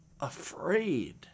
afraid